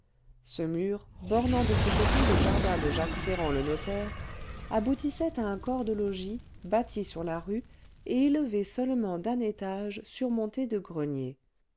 ce mur bornant de ce côté le jardin de jacques ferrand le notaire aboutissait à un corps de logis bâti sur la rue et élevé seulement d'un étage surmonté de greniers